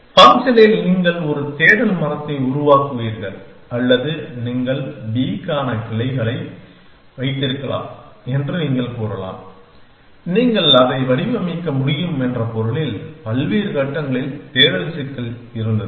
ஃபங்க்ஷனில் நீங்கள் ஒரு தேடல் மரத்தை உருவாக்குவீர்கள் அல்லது நீங்கள் B க்கான கிளைகளை வைத்திருக்கலாம் என்று நீங்கள் கூறலாம் நீங்கள் அதை வடிவமைக்க முடியும் என்ற பொருளில் பல்வேறு கட்டங்களில் தேடல் சிக்கல் இருந்தது